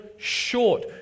Short